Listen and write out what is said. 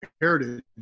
heritage